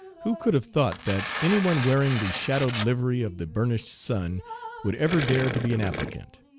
who could have thought that any one wearing the shadowed livery of the burnished sun would ever dare to be an applicant?